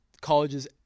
colleges